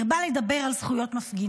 הרבה לדבר על זכויות מפגינים,